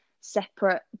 separate